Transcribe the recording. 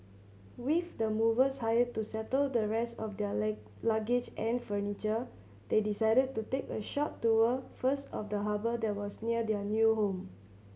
with the movers hired to settle the rest of their leg luggage and furniture they decided to take a short tour first of the harbour that was near their new home